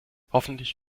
hoffentlich